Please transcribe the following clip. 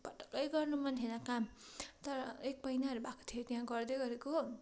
पटक्क गर्नु मन थिएन काम तर एक महिनाहरू भएको थियो त्यहाँ गर्दै गरेको